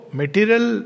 material